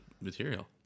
material